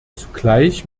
zugleich